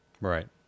Right